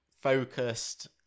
focused